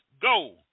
go